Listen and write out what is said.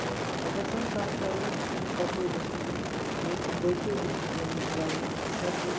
تہٕ اگر زَن کَتھ کَرو پننہِ کۄپوٲرۍ ڈِسٹِرٛکٕچ تہٕ ییٚتہِ چھِ بٲقیو ڈِسٹِرٛکو نِش واریاہ سردی